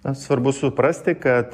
na svarbu suprasti kad